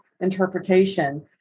interpretation